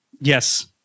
Yes